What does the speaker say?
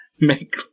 make